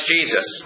Jesus